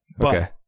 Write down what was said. Okay